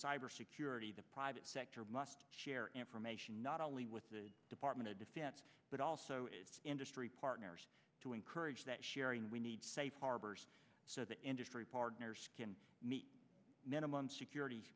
cybersecurity the private sector must share information not only with the department of defense but also its industry partners to encourage that sharing we need safe harbors so the industry partners can meet minimum security